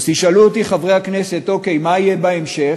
אז תשאלו אותי, חברי הכנסת: אוקיי, מה יהיה בהמשך?